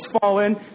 fallen